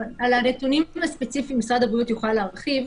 על הנתונים הספציפיים משרד הבריאות יוכל להרחיב.